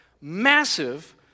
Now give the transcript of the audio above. massive